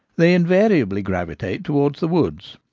they invariably gravitate towards the woods.